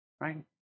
right